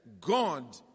God